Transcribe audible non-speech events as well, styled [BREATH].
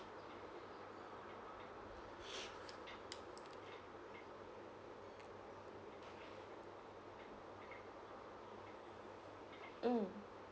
[BREATH] mm